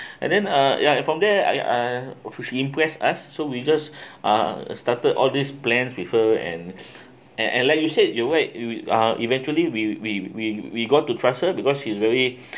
and then uh ya from there I uh impressed us so we just uh started all these plan with her and and and like you said you wait you uh eventually we we we we got to trust because she's very